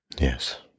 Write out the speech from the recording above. Yes